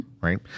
right